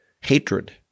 hatred